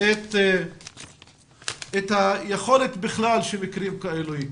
את היכולת שמקרים כאלה יקרו.